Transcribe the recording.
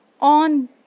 on